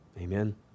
Amen